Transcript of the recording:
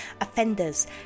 Offenders